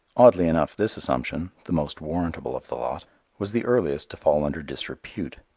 oddly enough this assumption the most warrantable of the lot was the earliest to fall under disrepute.